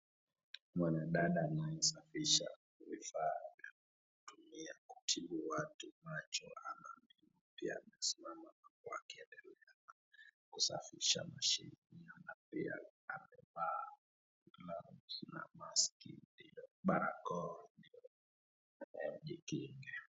Mwanadada anayesafisha vifaa vya kutumia kutibu watu macho pia amesimama kusafisha mashini hiyo na pia amevaa gloves na barakoa ili ajikinge.